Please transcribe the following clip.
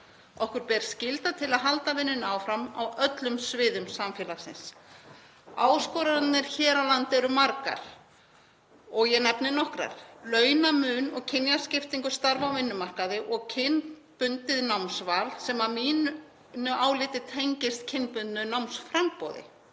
Okkur ber skylda til að halda vinnunni áfram á öllum sviðum samfélagsins. Áskoranir hér á landi eru margar. Ég nefni nokkrar: launamun og kynjaskiptingu starfa á vinnumarkaði og kynbundið námsval sem að mínu áliti tengist kynbundnu námsframboði.